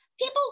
People